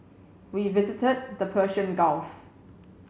we visited the Persian Gulf